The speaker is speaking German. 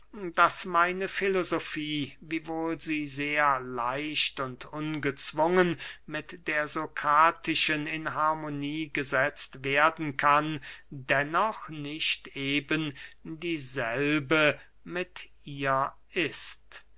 daß meine filosofie wiewohl sie sehr leicht und ungezwungen mit der sokratischen in harmonie gesetzt werden kann dennoch nicht eben dieselbe mit ihr ist